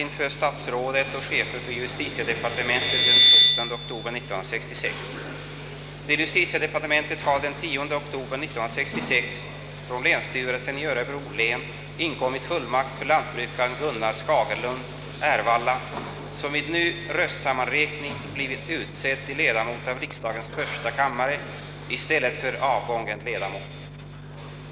När jag nu förklarar höstsessionen av 1966 års riksdag öppnad, ber jag att få hälsa kammarens ledamöter hjärtligt välkomna åter i detta hus och hoppas att den sommar som har förgått, trots valkampanj och andra besvärligheter, har gjort att ledamöterna med förstärkta krafter återkommer till denna höstsession som säkerligen kommer att bli ganska arbetsfylld. Hjärtligt välkomna!